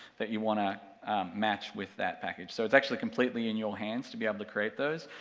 that you want to match with that package, so it's actually completely in your hands to be able to create those.